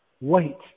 Wait